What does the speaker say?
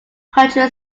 country